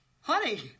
Honey